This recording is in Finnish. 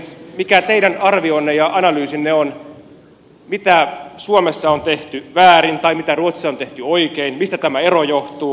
mikä teidän arvionne ja analyysinne on mitä suomessa on tehty väärin tai mitä ruotsissa on tehty oikein mistä tämä ero johtuu